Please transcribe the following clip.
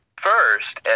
first